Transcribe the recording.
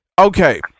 Okay